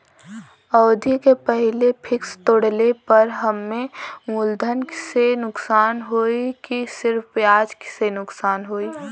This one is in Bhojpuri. अवधि के पहिले फिक्स तोड़ले पर हम्मे मुलधन से नुकसान होयी की सिर्फ ब्याज से नुकसान होयी?